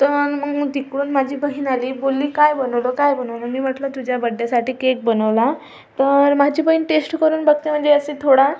तर मग तिकडून माझी बहीण आली बोलली काय बनवलं काय बनवलं मी म्हटलं तुझ्या बड्डेसाठी केक बनवला तर माझी बहीण टेस्ट करून बघते म्हणजे असे थोडा